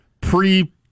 pre